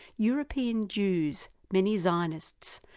european jews, many zionists,